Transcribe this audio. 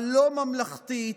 הלא-ממלכתית,